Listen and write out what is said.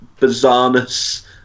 bizarreness